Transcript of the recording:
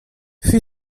für